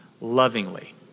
lovingly